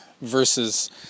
versus